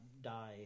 die